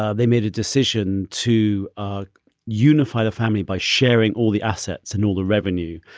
ah they made a decision to unify the family by sharing all the assets and all the revenue,